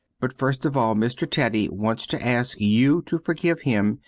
but first of all mr. teddy wants to ask you to forgive him,